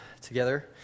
together